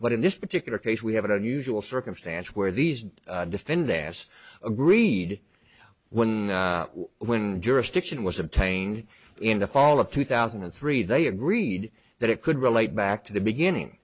but in this particular case we have an unusual circumstance where these defendants agreed when when jurisdiction was obtained in the fall of two thousand and three they agreed that it could relate back to the beginning